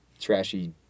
trashy